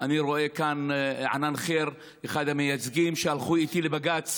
כנראה שעיתון לאנשים חושבים גורם לאנשים להפסיק לחשוב.